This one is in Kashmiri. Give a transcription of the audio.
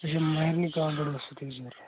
اچھا مہرنہِ کانٛگٕر ٲسٕو توہہِ ضوٚرَتھ